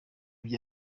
bya